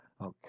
Okay